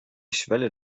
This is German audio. schwelle